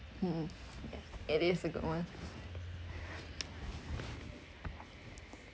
mm it is a good one